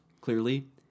clearly